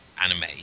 anime